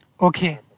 Okay